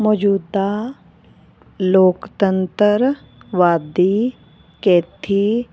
ਮੌਜੂਦਾ ਲੋਕਤੰਤਰਵਾਦੀ ਕੈਥੀ